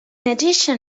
addition